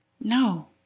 No